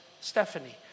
Stephanie